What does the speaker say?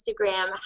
Instagram